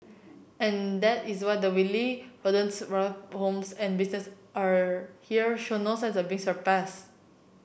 and that is why the wily rodents plaguing homes and businesses are here show no signs of being suppressed